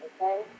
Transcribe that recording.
okay